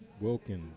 Wilkins